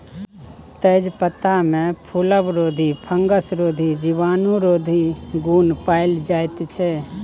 तेजपत्तामे फुलबरोधी, फंगसरोधी, जीवाणुरोधी गुण पाएल जाइ छै